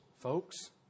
Folks